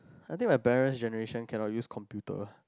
I think my parents' generation cannot use computer